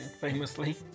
famously